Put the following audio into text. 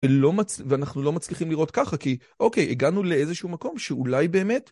ולא מצ-ואנחנו לא מצליחים לראות ככה כי, אוקיי, הגענו לאיזשהו מקום שאולי באמת...